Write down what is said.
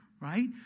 right